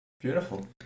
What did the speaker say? Beautiful